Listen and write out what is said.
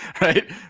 Right